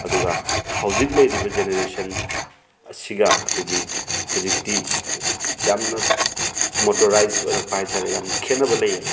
ꯑꯗꯨꯒ ꯍꯧꯖꯤꯛ ꯂꯩꯔꯤꯕ ꯖꯦꯅꯔꯦꯁꯟ ꯑꯁꯤꯒ ꯑꯩꯈꯣꯏꯒꯤ ꯍꯧꯖꯤꯛꯇꯤ ꯌꯥꯝꯅ ꯃꯣꯇꯣꯔꯥꯏꯖ ꯑꯣꯏꯔꯛꯄ ꯍꯥꯏꯇꯥꯔꯦ ꯌꯥꯝ ꯈꯦꯠꯅꯕ ꯂꯩꯌꯦꯕ